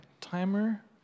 timer